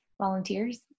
volunteers